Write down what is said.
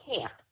camp